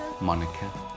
Monica